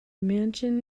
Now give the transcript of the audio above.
mansion